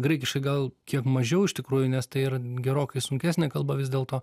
graikiškai gal kiek mažiau iš tikrųjų nes tai yra gerokai sunkesnė kalba vis dėlto